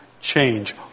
change